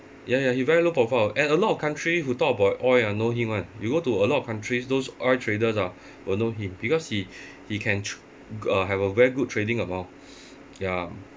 ya ya he very low profile and a lot of country who talk about oil ah know him [one] you go to a lot of countries those oil traders ah will know him because he he can tr~ uh have a very good trading amount ya